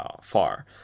far